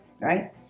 right